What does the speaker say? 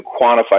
quantify